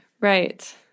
Right